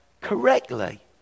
correctly